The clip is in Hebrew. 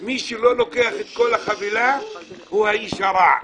מ שלא לוקח את כל החבילה הוא האיש הרע,